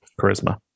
Charisma